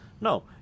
no